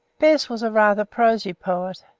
bez was a rather prosy poet,